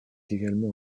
également